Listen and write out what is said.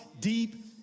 deep